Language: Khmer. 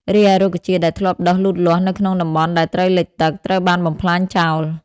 រីឯរុក្ខជាតិដែលធ្លាប់ដុះលូតលាស់នៅក្នុងតំបន់ដែលត្រូវលិចទឹក ត្រូវបានបំផ្លាញចោល។